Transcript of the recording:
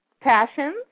Passions